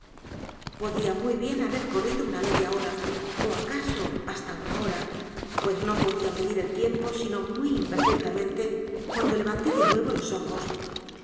podía muy bien h a b e r corrido una media hora ó acaso hasta u n a hora pues no podía medir el tiempo sino muy imperfectamente cuando levanté de nuevo los ojos